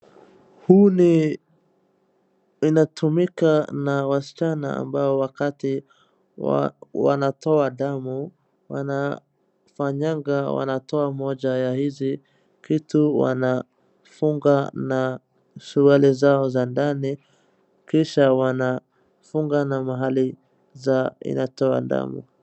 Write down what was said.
Huu unatumika na wasichana wakati wanatoa damu ,wanafanyaga wanatoa mmoja ya hizi vitu wanafunga na suruali zao za ndani kisha wanafunga na mahali inatoa damu.